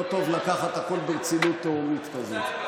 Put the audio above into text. לא טוב לקחת הכול ברצינות תהומית כזאת.